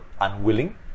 unwilling